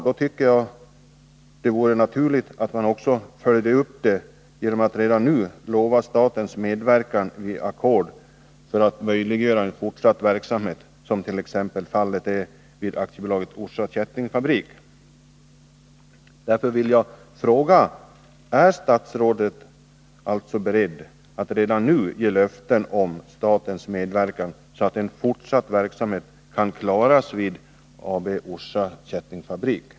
Då tycker jag det vore naturligt att följa upp detta genom att redan nu lova statens medverkan i ackord för att möjliggöra fortsatt verksamhet, t.ex. vid AB Orsa Kättingfabrik. Därför vill jag fråga: Är statsrådet beredd att redan nu ge löften om statens medverkan, så att verksamheten kan fortsätta vid AB Orsa Kättingfabrik?